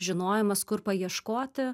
žinojimas kur paieškoti